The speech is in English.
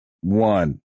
one